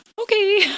Okay